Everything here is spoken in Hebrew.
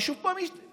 ושוב פעם התפשט.